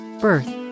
birth